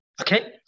okay